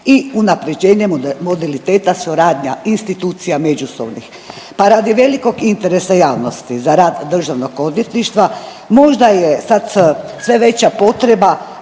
i unaprjeđenje modaliteta suradnja institucija međusobnih. Pa radi velikog interesa javnosti za rad državnog odvjetništva možda je sad sve veća potreba